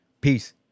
Peace